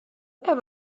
wer